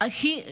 הכי קשה,